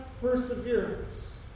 perseverance